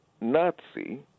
Nazi